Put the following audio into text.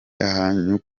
ahanyu